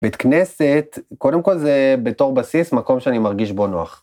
בית כנסת, קודם כל זה בתור בסיס מקום שאני מרגיש בו נוח.